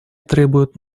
требуют